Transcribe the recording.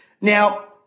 Now